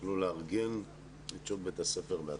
יוכלו לארגן את בית הספר בהתאמה.